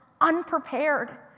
unprepared